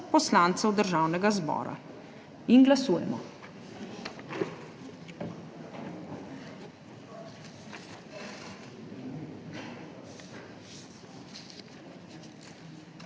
poslancev Državnega zbora. Glasujemo.